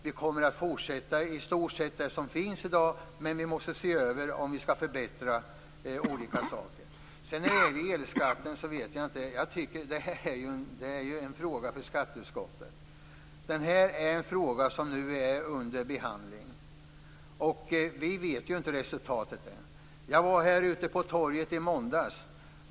Vi kommer att få fortsätta med i stort sett det som finns i dag, men vi måste se över om vi skall förbättra olika saker. Elskatten är en fråga för skatteutskottet. Det är en fråga som är under behandling. Vi vet inte resultatet än. Jag var här utanför på torget i måndags.